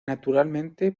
naturalmente